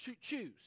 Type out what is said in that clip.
choose